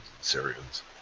Syrians